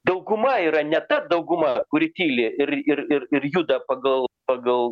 dauguma yra ne ta dauguma kuri tyli ir ir ir ir juda pagal pagal